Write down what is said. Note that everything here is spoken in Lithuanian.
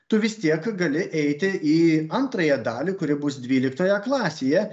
tu vis tiek gali eiti į antrąją dalį kuri bus dvyliktoje klasėje